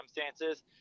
circumstances